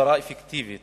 הסברה אפקטיבית